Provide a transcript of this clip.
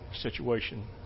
situation